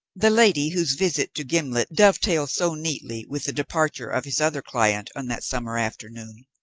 the lady, whose visit to gimblet dovetailed so neatly with the departure of his other client on that summer afternoon,